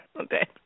Okay